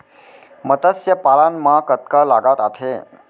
मतस्य पालन मा कतका लागत आथे?